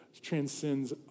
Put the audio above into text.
transcends